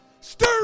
Stir